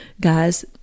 Guys